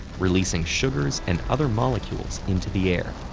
releasing sugars and other molecules into the air.